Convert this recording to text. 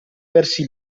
versi